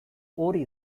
hori